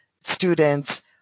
students